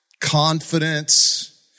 confidence